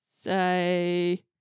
say